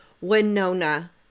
Winona